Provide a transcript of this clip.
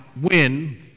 win